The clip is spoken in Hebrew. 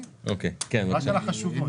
בסעיף 12(1),